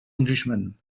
englishman